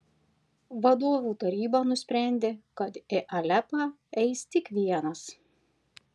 vadovų taryba nusprendė kad į alepą eis tik vienas